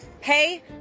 pay